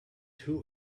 who